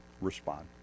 respond